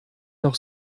noch